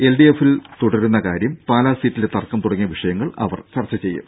എൽഡിഎഫിൽ തുടരുന്ന കാര്യം പാലാ സീറ്റിലെ തർക്കം തുടങ്ങിയ വിഷയങ്ങൾ ചർച്ച ചെയ്യും